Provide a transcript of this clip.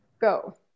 Go